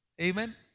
Amen